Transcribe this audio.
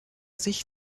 sich